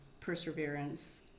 perseverance